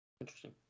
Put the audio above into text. Interesting